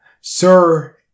Sir